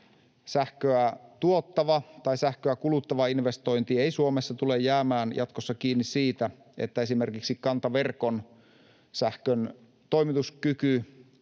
sähköä tuottava tai sähköä kuluttava investointi ei Suomessa tule jäämään jatkossa kiinni siitä, että esimerkiksi kantaverkon sähkön toimituskyky